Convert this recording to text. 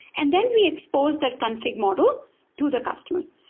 and then we expose that config model to the customers.